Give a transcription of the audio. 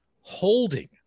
holding